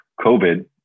COVID